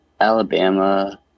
Alabama